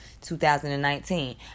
2019